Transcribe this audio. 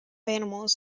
animals